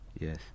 yes